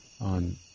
on